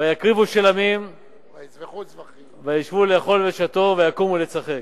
ויקריבו שלמים וישבו לאכול ושתה ויקומו לצחק.